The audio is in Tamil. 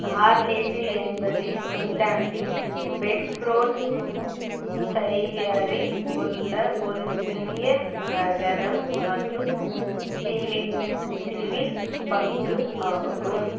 ஆர்லேசி என்பது இங்கிலாந்தின் பெட்ஃபோர்ட்ஷையரில் உள்ள ஒரு சிறிய நகரம் மற்றும் சிலி சிவில் பங்கு ஆகும்